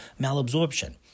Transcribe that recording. malabsorption